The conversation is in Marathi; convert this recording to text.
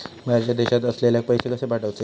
बाहेरच्या देशात असलेल्याक पैसे कसे पाठवचे?